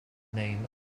name